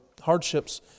hardships